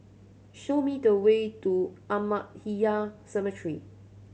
show me the way to Ahmadiyya Cemetery